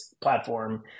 platform